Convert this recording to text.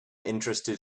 interested